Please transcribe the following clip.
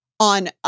on